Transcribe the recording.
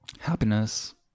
Happiness